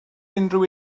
unrhyw